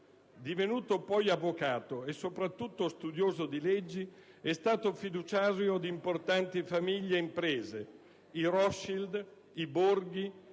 Divenuto poi avvocato e soprattutto studioso di leggi, è stato fiduciario di importanti famiglie ed imprese: i Rotschild, i Borghi,